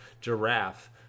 giraffe